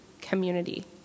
community